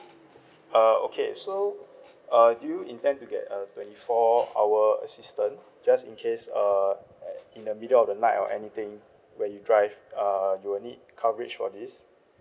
uh okay so uh do you intend to get a twenty four hour assistant just in case uh in the middle of the night or anything when you drive uh you will need coverage for this